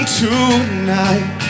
tonight